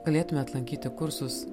galėtumėt lankyti kursus